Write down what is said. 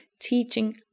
teaching